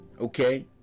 Okay